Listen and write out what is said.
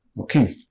Okay